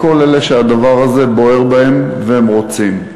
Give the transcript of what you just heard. לכל אלה שהדבר הזה בוער בהם והם רוצים.